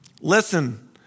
Listen